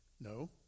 No